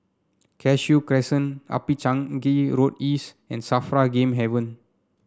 Cashew Crescent Upper Changi Road East and Safra Game Haven